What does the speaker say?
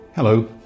Hello